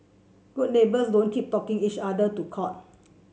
good neighbours don't keep taking each other to court